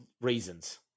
reasons